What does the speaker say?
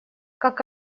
как